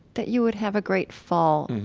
that you would have a great fall,